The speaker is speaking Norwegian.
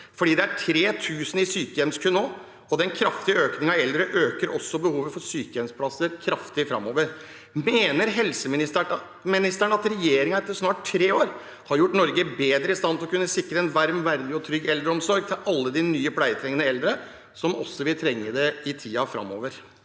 for det er 3 000 i sykehjemskø nå, og den kraftige økningen av eldre øker også behovet for sykehjemsplasser kraftig framover. Mener helseministeren at regjeringen etter snart tre år har gjort Norge bedre i stand til å kunne sikre en varm, verdig og trygg eldreomsorg til alle de nye pleietrengende eldre, som også vil trenge det i tiden framover?